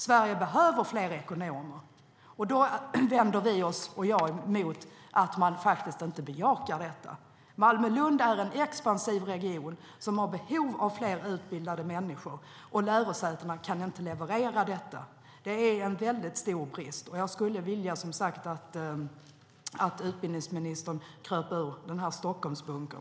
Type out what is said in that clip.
Sverige behöver fler ekonomer. Vi vänder oss emot att man inte bejakar detta. Malmö-Lund är en expansiv region som har behov av fler utbildade människor, men lärosätena kan inte leverera detta. Det är en väldigt stor brist. Jag skulle som sagt vilja att utbildningsministern kröp ur Stockholmsbunkern.